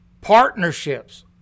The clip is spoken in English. Partnerships